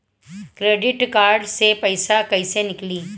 Credit card से पईसा केइसे निकली?